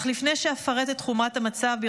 אך לפני שאפרט את חומרת המצב,